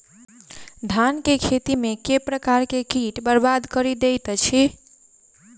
धान केँ खेती मे केँ प्रकार केँ कीट बरबाद कड़ी दैत अछि?